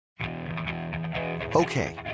Okay